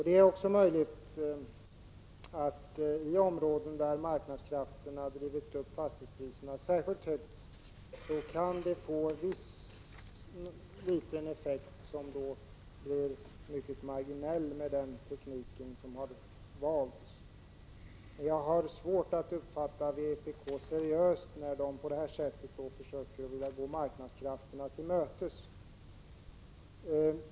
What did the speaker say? Det är möjligt att i områden där marknadskrafterna drivit upp fastighetspriserna särskilt högt kan det få viss liten effekt, som dock blir mycket marginell med den teknik som har valts. Jag har svårt att uppfatta vpk seriöst, när partiet försöker sig på att gå marknadskrafterna till mötes.